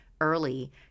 early